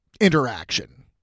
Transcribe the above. interaction